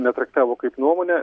netraktavo kaip nuomonę